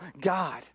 God